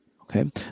okay